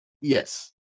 Yes